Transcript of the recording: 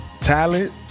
talent